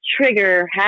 trigger